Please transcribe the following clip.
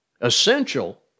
Essential